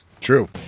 True